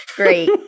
great